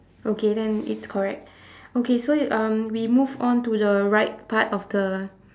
okay then it's correct okay so you um we move on to the right part of the